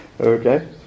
Okay